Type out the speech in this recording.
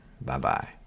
Bye-bye